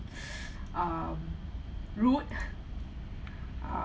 um rude